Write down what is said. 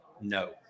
No